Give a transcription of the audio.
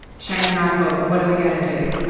shane and i thought, what are we going to do?